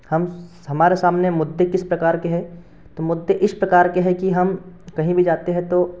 हम हमारे सामने मुद्दे किस प्रकार के हैं तो मुद्दे इस प्रकार के हैं कि हम कहीं भी जाते हैं तो